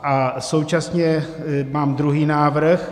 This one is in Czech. A současně mám druhý návrh.